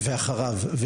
ואחריו.